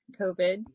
covid